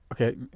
Okay